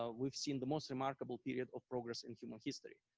ah we've seen the most remarkable periods of progress in human history.